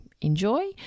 enjoy